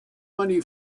money